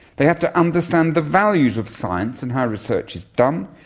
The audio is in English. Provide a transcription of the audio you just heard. they have to understand the values of science and how research is done,